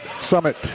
Summit